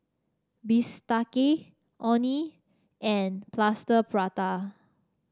bistake Orh Nee and Plaster Prata